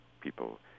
people